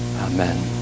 Amen